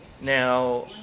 Now